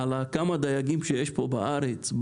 על כמה דייגים שיש פה בארץ,